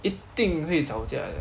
一定会吵架的